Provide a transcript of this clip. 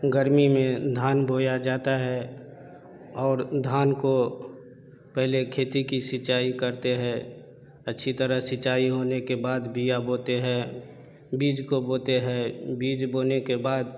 गर्मी में धान बोया जाता है और धान को पेहले खेती कि सिंचाई करते हैं अच्छी तरह सिंचाई होने के बाद बीया बोते हैं बीज को बोते है बीज बोने के बाद